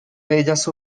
bellas